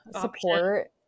support